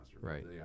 Right